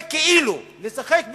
זה כאילו, לשחק בכאילו.